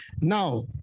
Now